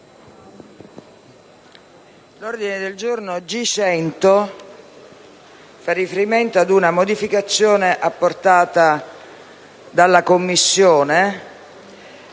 l'ordine del giorno G100 fa riferimento ad una modificazione apportata dalla Commissione.